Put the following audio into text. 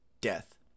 Death